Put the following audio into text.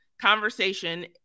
conversation